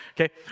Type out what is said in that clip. okay